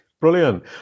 Brilliant